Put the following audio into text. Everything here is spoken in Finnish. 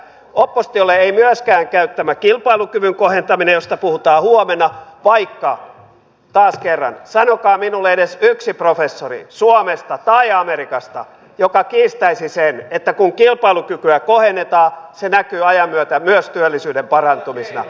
oppositiolle ei myöskään käy tämä kilpailukyvyn kohentaminen josta puhutaan huomenna vaikka taas kerran sanokaa minulle edes yksi professori suomesta tai amerikasta joka kiistäisi sen että kun kilpailukykyä kohennetaan se näkyy ajan myötä myös työllisyyden parantumisena